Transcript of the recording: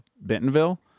Bentonville